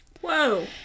Whoa